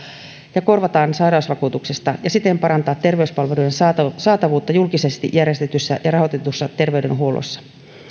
ja korvataan sairausvakuutuksesta ja siten parantaa terveyspalveluiden saatavuutta saatavuutta julkisesti järjestetyssä ja rahoitetussa terveydenhuollossa